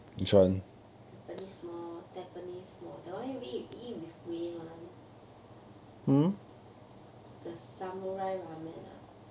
tampines mall tampines mall the one we eat we eat with wei yan [one]the samurai ramen ah